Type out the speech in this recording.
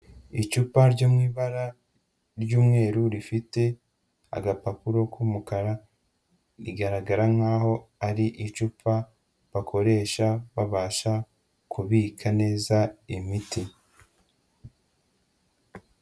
Icupa ryo mu ibara ry'umweru rifite agapapuro k'umukara, rigaragara nkaho ari icupa bakoresha babasha kubika neza imiti.